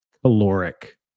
caloric